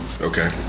okay